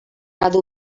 cada